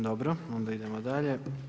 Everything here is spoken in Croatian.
Dobro, onda idemo dalje.